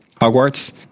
Hogwarts